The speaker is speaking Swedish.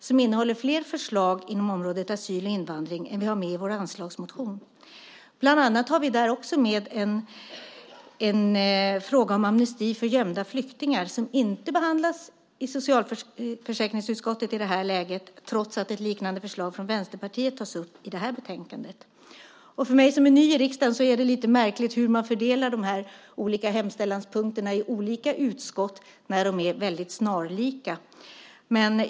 Den innehåller flera förslag inom området asyl och invandring än vad vi har med i vår anslagsmotion. Bland annat har vi där med en fråga om amnesti för gömda flyktingar, som inte behandlas i socialförsäkringsutskottet i det här läget trots att ett liknande förslag från Vänsterpartiet tas upp i det här betänkandet. För mig som är ny i riksdagen är det lite märkligt hur man fördelar de olika hemställanspunkterna i olika utskott när de är snarlika.